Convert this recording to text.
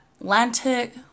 Atlantic